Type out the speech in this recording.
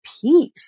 peace